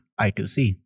I2C